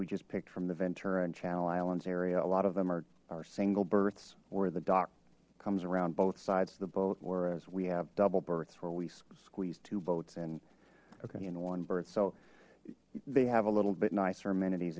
we just picked from the ventura and channel islands area a lot of them are our single births or the dock comes around both sides of the boat or as we have double births where we squeeze two boats in okay in one birth so they have a little bit nicer amenities